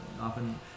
often